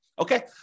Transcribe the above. okay